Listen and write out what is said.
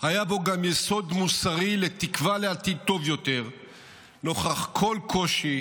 היה בו גם יסוד מוסרי של תקווה לעתיד טוב יותר נוכח כל קושי,